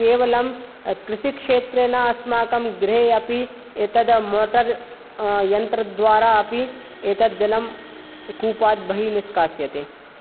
केवलं कृषिक्षेत्रे नास्माकं गृहे अपि एतद् मोटर् यन्त्रद्वारापि एतद् जलं कूपात् बहिः निष्कास्यते